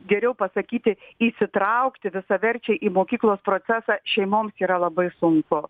geriau pasakyti įsitraukti visaverčiai į mokyklos procesą šeimoms yra labai sunku